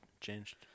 changed